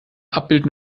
abbild